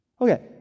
Okay